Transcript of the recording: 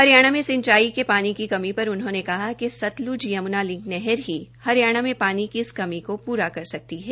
हरियाणा में सिंचाई के पानी की कमी पर उन्होंने कहा कि सतल्त यम्ना लिंक नहर ही हरियाणा में पानी की इस कमी को पूरा कर सकती है